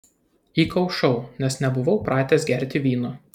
įkaušau nes nebuvau pratęs gerti vyno